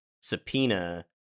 subpoena